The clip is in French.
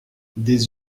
des